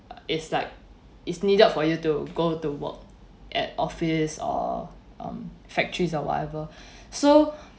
is like is needed for you to go to work at office or um factories or whatever so